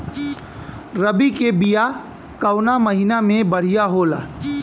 रबी के बिया कवना महीना मे बढ़ियां होला?